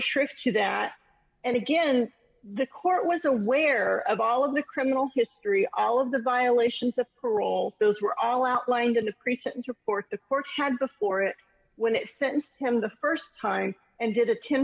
shrift to that and again the court was aware of all of the criminal history all of the violations of parole those were all outlined in the pre sentence report the court had before it when it sentenced him the st time and did a ten